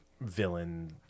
villain